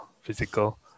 physical